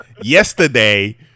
yesterday